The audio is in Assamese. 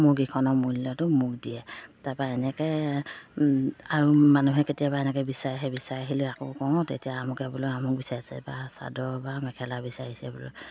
মোৰকেইখনৰ মূল্যটো মোক দিয়ে তাৰপা এনেকৈ আৰু মানুহে কেতিয়াবা এনেকৈ বিচাৰেহে বিচাৰিলেও আকৌ কওঁ তেতিয়া আমুকে বোলে আমুক বিচাৰিছে বা চাদৰ বা মেখেলা বিচাৰিছে বোলো